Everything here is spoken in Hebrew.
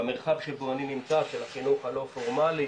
במרחב שבו אני נמצא של החינוך הלא פורמאלי,